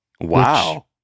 Wow